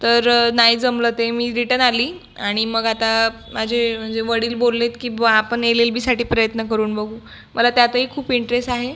तर नाही जमलं ते मी रिटन आली आणि मग आता माझे म्हणजे वडील बोलले आहेत की बा आपण एल एल बीसाठी प्रयत्न करून बघू मला त्यातही खूप इंटरेस आहे